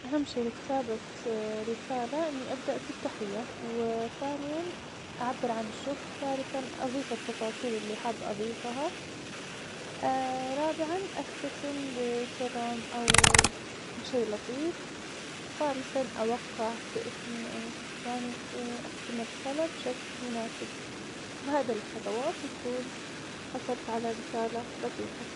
أهم شي لكتابة رسالة, إني أبدأ في التحية, وثانياً أعبر عن الشكر, وثالثاُ أضيف التفاصيل اللي حاب أضيفها, رابعاً أختتم بكلام أو بشي لطيف, خامساً أوقع باسمي أو يعني أختم الرسالة بشكل مناسب, وبهذي الخطوات, يكون حصلت على رسالة لطيفة.